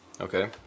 okay